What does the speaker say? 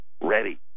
ready